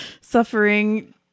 suffering